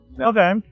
Okay